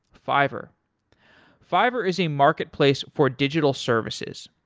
fiverr fiverr is a marketplace for digital services.